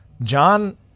John